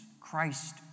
Christ